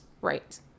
Right